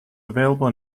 available